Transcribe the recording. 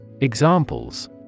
Examples